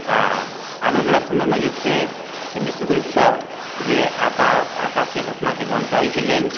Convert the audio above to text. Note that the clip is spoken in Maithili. आ आबएवला समयम जे छै से निश्चित रूपसँ जे आकाशीय घटनाके जानकारीके लेल